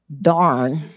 darn